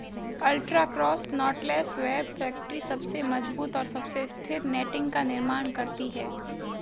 ultra cross knotless web factory सबसे मजबूत और सबसे स्थिर नेटिंग का निर्माण करती है